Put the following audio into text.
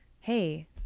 Hey